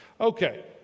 Okay